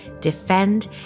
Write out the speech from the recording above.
defend